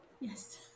Yes